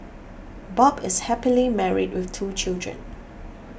Bob is happily married with two children